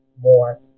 more